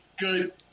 good